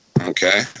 Okay